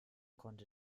konnte